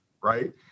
right